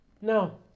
No